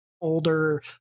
older